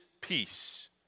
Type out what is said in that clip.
peace